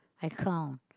I clown